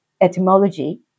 etymology